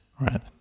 right